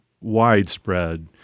widespread